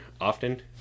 often